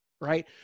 right